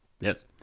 Yes